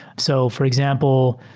so for example,